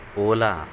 ola